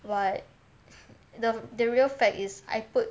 what the the real fact is I put